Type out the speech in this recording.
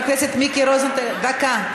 חבר הכנסת מיקי רוזנטל, דקה.